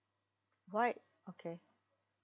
white okay